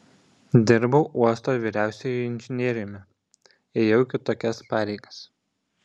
dirbau uosto vyriausiuoju inžinieriumi ėjau kitokias pareigas